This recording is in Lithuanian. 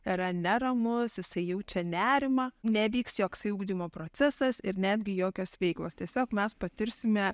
yra neramus jisai jaučia nerimą nevyks joksai ugdymo procesas ir netgi jokios veiklos tiesiog mes patirsime